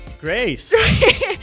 Grace